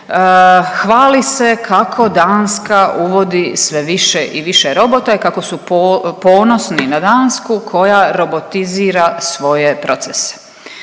hvali se kako Danska uvodi sve više i više robota i kako su ponosni na Dansku koja robotizira svije procese.